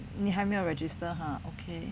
你还没有 register ha okay